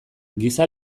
giza